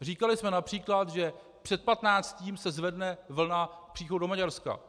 Říkali jsme například, že před patnáctým se zvedne vlna příchodu do Maďarska.